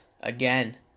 again